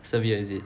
severe is it